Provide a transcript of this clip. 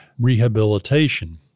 rehabilitation